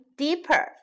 deeper